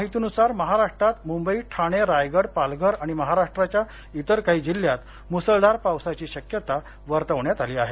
हवामान खात्यानं दिलेल्या माहितीनुसार महाराष्ट्रात मुंबई ठाणे रायगड पालघर आणि महाराष्ट्राच्या इतर काही जिल्ह्यात मुसळधार पावसाची शक्यता वर्तवण्यात आली आहे